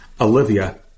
Olivia